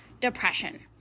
depression